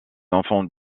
enfants